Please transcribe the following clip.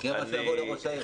יקרה משהו, יבואו לראש העיר.